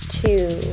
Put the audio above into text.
two